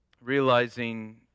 realizing